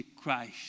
Christ